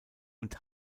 und